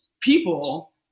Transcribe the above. people